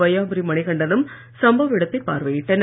வையாபுரி மணிகண்டனும் சம்பவ இடத்தை பார்வையிட்டனர்